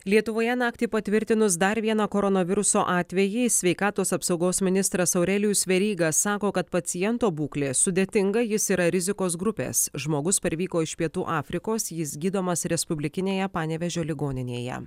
lietuvoje naktį patvirtinus dar vieną koronaviruso atvejį sveikatos apsaugos ministras aurelijus veryga sako kad paciento būklė sudėtinga jis yra rizikos grupės žmogus parvyko iš pietų afrikos jis gydomas respublikinėje panevėžio ligoninėje